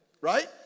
right